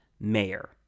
mayor